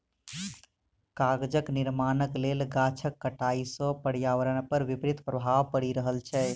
कागजक निर्माणक लेल गाछक कटाइ सॅ पर्यावरण पर विपरीत प्रभाव पड़ि रहल छै